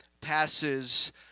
passes